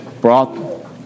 brought